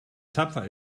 tapfer